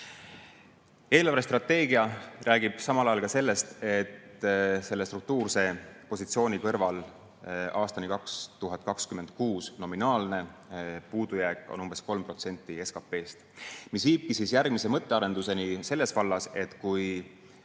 Eelarvestrateegia räägib samal ajal sellest, et struktuurse positsiooni kõrval aastani 2026 nominaalne puudujääk on umbes 3% SKT-st. See viibki järgmise mõttearenduseni selles vallas: kui